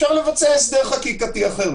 אפשר לבצע הסדר חקיקתי אחר.